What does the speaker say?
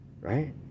Right